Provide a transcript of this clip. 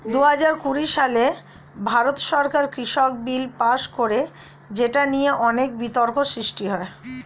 দুহাজার কুড়ি সালে ভারত সরকার কৃষক বিল পাস করে যেটা নিয়ে অনেক বিতর্ক সৃষ্টি হয়